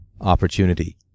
opportunity